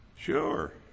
Sure